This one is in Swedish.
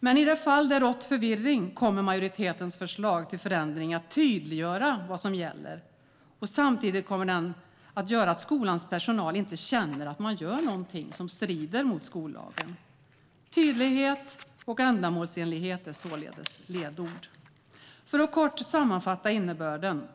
Men i de fall som det har rått förvirring kommer majoritetens förslag till förändring att tydliggöra vad som gäller, och samtidigt kommer det att göra att skolans personal inte känner att de gör någonting som strider mot skollagen. Tydlighet och ändamålsenlighet är således ledord. Jag ska kortfattat sammanfatta innebörden.